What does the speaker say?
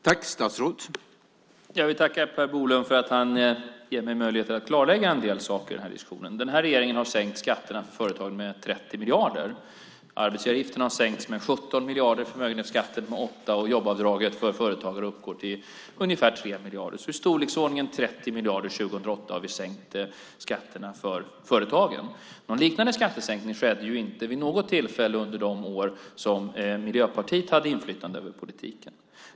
Herr talman! Jag tackar Per Bolund för att han ger mig möjlighet att klarlägga en del saker i diskussionen. Den här regeringen har sänkt skatterna för företagen med 30 miljarder. Arbetsgivaravgifterna har sänkts med 17 miljarder, förmögenhetsskatten med 8, och jobbavdraget för företagen uppgår till ungefär 3 miljarder. Vi har alltså sänkt skatterna för företagen med i storleksordningen 30 miljarder för 2008. Någon liknande skattesänkning har inte skett vid något tillfälle under de år som Miljöpartiet hade inflytande över politiken.